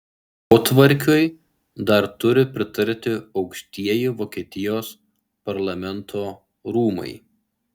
potvarkiui dar turi pritarti aukštieji vokietijos parlamento rūmai